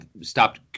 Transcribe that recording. stopped